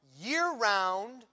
year-round